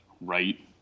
right